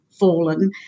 fallen